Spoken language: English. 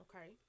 Okay